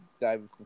David